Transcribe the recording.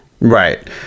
right